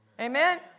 Amen